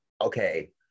okay